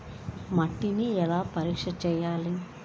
మట్టిని ఎలా పరీక్ష చేయాలి?